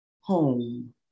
home